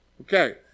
Okay